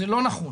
זה לא נכון,